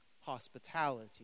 hospitality